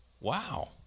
Wow